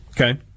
Okay